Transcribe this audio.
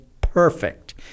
perfect